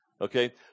okay